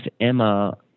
Emma